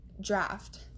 draft